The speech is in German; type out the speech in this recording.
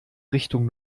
richtung